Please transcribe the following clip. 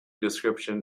description